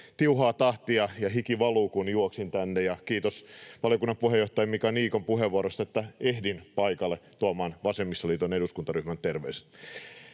tiuhaa tahtia ja hiki valuu, kun juoksin tänne — kiitos valiokunnan puheenjohtaja Mika Niikon puheenvuorosta, että ehdin paikalle tuomaan vasemmistoliiton eduskuntaryhmän terveiset.